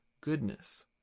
goodness